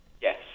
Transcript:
Yes